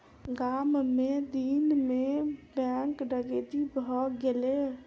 गाम मे दिन मे बैंक डकैती भ गेलै